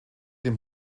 dem